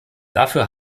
dafür